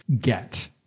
get